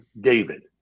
david